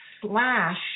slash